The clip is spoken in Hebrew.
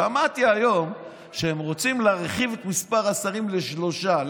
שמעתי היום שהם רוצים להרחיב את מספר השרים לשלושה.